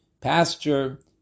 pasture